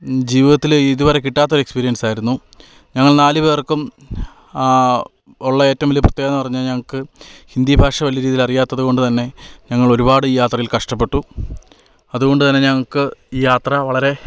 ജീവിതത്തിൽ ഇതുവരെ കിട്ടാത്തൊരു എക്സ്പീരിയൻസായിരുന്നു ഞങ്ങൾ നാല് പേർക്കും ഉള്ള ഏറ്റവും വലിയ പ്രത്യേകതയെന്ന് പറഞ്ഞാൽ ഞങ്ങൾക്ക് ഹിന്ദി ഭാഷ വലിയ രീതിയിലറിയാത്തതുകൊണ്ട് തന്നെ ഞങ്ങളൊരുപാട് ഈ യാത്രയിൽ കഷ്ടപ്പെട്ടു അതുകൊണ്ട് തന്നെ ഞങ്ങക്ക് ഈ യാത്ര വളരെ